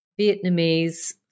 Vietnamese